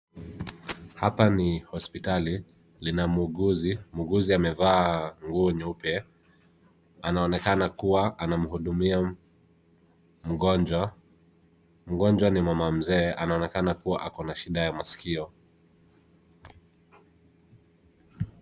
Hapa ni hospitali, lina muuguzi, muuguzi amevaa nguo nyeupe, anaonekana kuwa anamhudumia mgonjwa, mgonjwa ni mama mzee anaonekana kuwa ako na shida ya maskio.